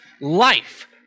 life